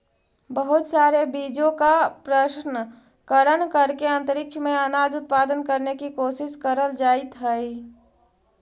बहुत सारे बीजों का प्रशन करण करके अंतरिक्ष में अनाज उत्पादन करने की कोशिश करल जाइत हई